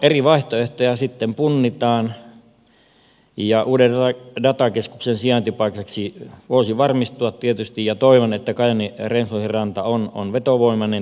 eri vaihtoehtoja sitten punnitaan ja uuden datakeskuksen sijaintipaikaksi se voisi varmistua tietysti ja toivon että kajaanin renforsin ranta on vetovoimainen teollisuusalue